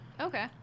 okay